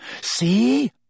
See